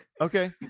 Okay